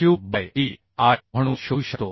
cube by EI म्हणून शोधू शकतो